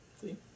See